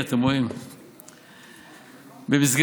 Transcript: אני מציע